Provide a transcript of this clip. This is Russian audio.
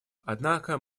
однако